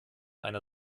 einer